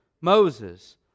Moses